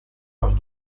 los